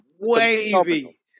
wavy